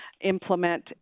implement